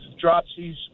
dropsies